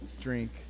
drink